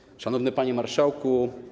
Szanowny Panie Marszałku!